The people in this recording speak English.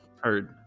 Heard